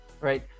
Right